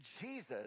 Jesus